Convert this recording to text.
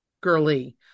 girly